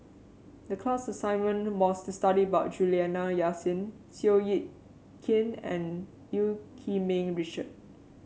the class assignment was to study about Juliana Yasin Seow Yit Kin and Eu Yee Ming Richard